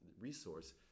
resource